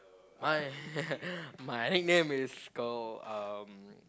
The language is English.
my my nickname is called um